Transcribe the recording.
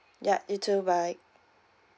ya you too bye